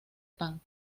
pan